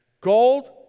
Gold